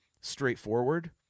straightforward